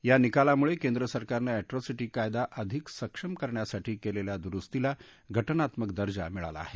या निकालामुळे केंद्र सरकारनं ऍट्रोसिटी कायदा अधिक सक्षम करण्यासाठी केलेल्या द्रुस्तीला घटनात्मक दर्जा मिळाला आहे